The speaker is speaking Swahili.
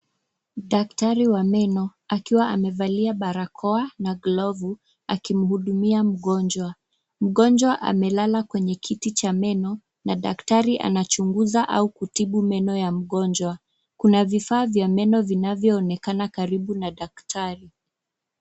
Daktari wa meno akiwa amevalia barakoa na glovu akimhudumia mgonjwa. Mgonjwa amelala kwenye kiti cha meno na daktari anachunguza au kutibu meno ya mgonjwa. Kuna vifaa vya meno vinavyoonekana karibu na daktari.